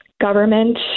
government